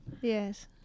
Yes